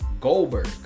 Goldberg